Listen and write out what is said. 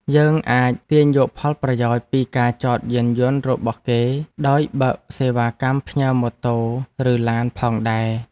យើងអាចទាញយកផលប្រយោជន៍ពីការចតយានយន្តរបស់គេដោយបើកសេវាកម្មផ្ញើម៉ូតូឬឡានផងដែរ។